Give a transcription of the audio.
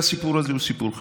הסיפור הזה הוא סיפור חשוב.